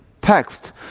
text